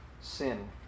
sin